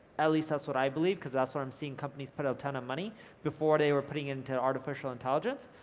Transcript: at least, that's what i believe because that's what i'm seeing companies put in a ton of money before they were putting it into artificial intelligence,